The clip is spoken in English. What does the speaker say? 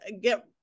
get